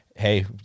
Hey